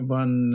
one